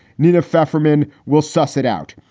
nina pfeiffer, men will suss it out.